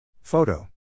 Photo